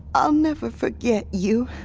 i'll never forget you